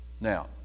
now